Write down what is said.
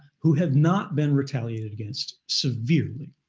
who have not been retaliated against severely?